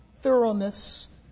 thoroughness